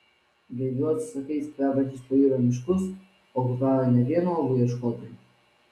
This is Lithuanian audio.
gaiviuosius sakais kvepiančius pajūrio miškus okupavę ne vien uogų ieškotojai